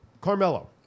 Carmelo